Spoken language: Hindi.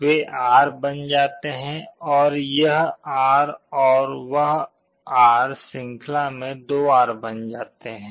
वे R बन जाते हैं और यह R और वह R श्रृंखला में 2R बन जाते हैं